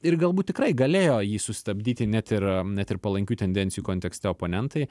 ir galbūt tikrai galėjo jį sustabdyti net ir net ir palankių tendencijų kontekste oponentai